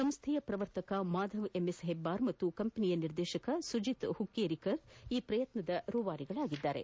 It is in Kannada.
ಸಂಸ್ಥೆಯ ಪ್ರವರ್ತಕ ಮಾಧವ ಎಂಎಸ್ ಹೆಬ್ಬಾರ್ ಹಾಗೂ ಕಂಪನಿಯ ನಿರ್ದೇಶಕ ಸುಜಿತ್ ಹುಕ್ಕೇರಿಕರ ಈ ಪ್ರಯತ್ನದ ಹಿಂದಿನ ರುವಾರಿಗಳಾಗಿದ್ದಾರೆ